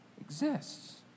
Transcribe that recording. exists